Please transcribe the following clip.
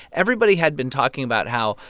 everybody had been talking about how,